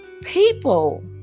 people